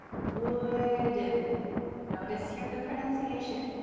wooden. notice here the pronunciation.